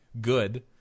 good